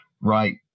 right